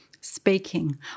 speaking